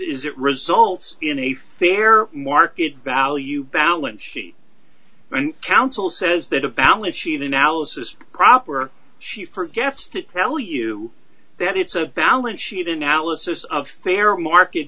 is it results in a fair market value balance sheet when counsel says that a balance sheet analysis proper she forgets to tell you that it's a balance sheet analysis of fair market